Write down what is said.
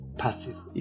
passive